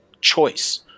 choice